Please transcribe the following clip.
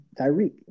Tyreek